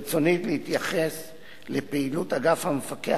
בהזדמנות זו ברצוני להתייחס לפעילות אגף המפקח